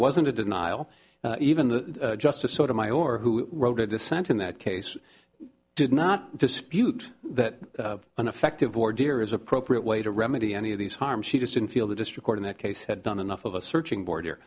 wasn't a denial even the just a sort of my or who wrote it dissent in that case did not dispute that an effective or dear is appropriate way to remedy any of these harm she just didn't feel the district in that case had done enough of the searching border